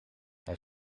hij